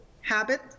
habit